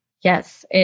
Yes